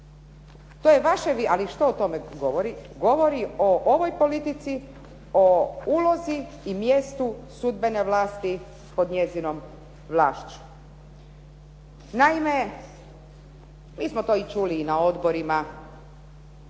To je vaše, ali što o tome govori? Govori o ovoj politici, o ulozi i mjestu sudbene vlasti pod njezinom vlašću. Naime, mi smo to i čuli na odborima